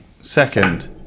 Second